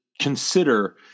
consider